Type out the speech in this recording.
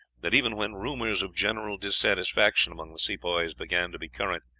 that even when rumors of general disaffection among the sepoys began to be current,